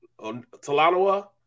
Talanoa